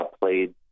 played